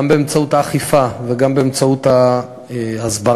גם באמצעות האכיפה וגם באמצעות ההסברה,